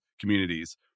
communities